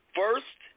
first